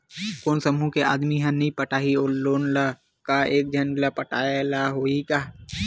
कोन समूह के आदमी हा नई पटाही लोन ला का एक झन ला पटाय ला होही का?